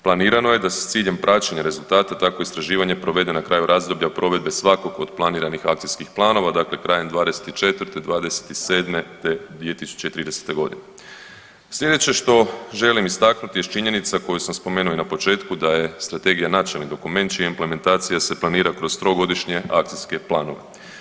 Planirano je da sa ciljem praćenja rezultata takvo istraživanje provede na kraju razdoblja provedbe svakog od planiranih akcijskih planova, dakle krajem '24., '27. te 2030.g. Sljedeće što želim istaknuti jest činjenica koju sam spomenuo i na početku da je strategija načelni dokument čija implementacija se planira kroz trogodišnje akcijske planove.